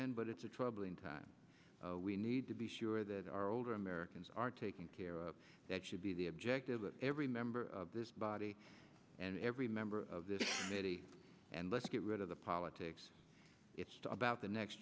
in but it's a troubling time we need to be sure that our older americans are taking care of that should be the objective of every member of this body and every member of this city and let's get rid of the politics it's too about the next